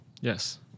Yes